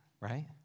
Right